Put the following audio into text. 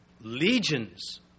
legions